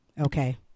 Okay